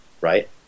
right